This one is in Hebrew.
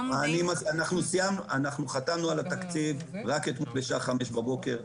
אנחנו חתמנו על התקציב רק אתמול בשעה 5:00 בבוקר.